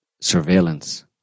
surveillance